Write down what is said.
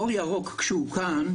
כשאור ירוק הוקם,